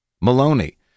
Maloney